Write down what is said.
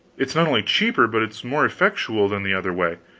it's not only cheaper, but it's more effectual than the other way,